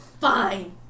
Fine